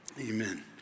Amen